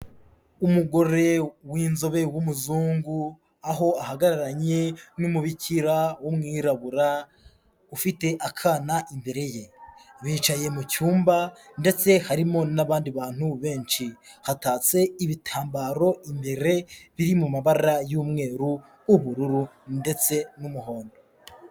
Umugore w'inzobe w'umuzungu, aho ahagararanye n'umubikira w'umwirabura, ufite akana imbere ye. Bicaye mu cyumba, ndetse harimo n'abandi bantu benshi, hatatse ibitambaro imbere biri mu mabara y'umweru, ubururu, ndetse n'umuhondo.